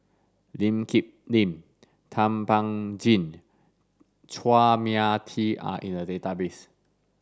Lee Kip Lin Thum Ping Tjin Chua Mia Tee are in the database